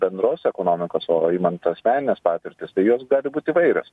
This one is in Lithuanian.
bendros ekonomikos o imant asmenines patirtis tai jos gali būti įvairios